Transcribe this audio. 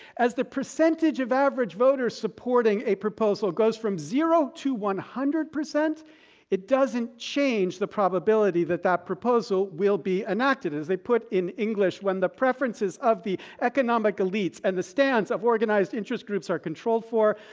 as the percentage of average voter supporting a proposal goes from zero to one hundred percent it doesn't change the probability that that proposal will be enacted. as they put in english, when the preferences of the economic elites and the stands of organized interest groups are controlled for,